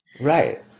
right